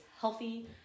healthy